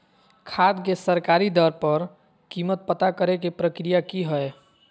खाद के सरकारी दर पर कीमत पता करे के प्रक्रिया की हय?